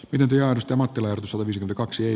ylityöstä mattila suomi kaksi